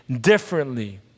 differently